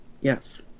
Yes